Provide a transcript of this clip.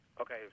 Okay